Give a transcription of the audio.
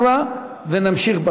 ונמשיך.